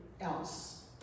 else